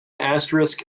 asterisk